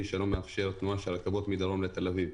שלא מאפשר תנועה של רכבות מדרום לתל אביב,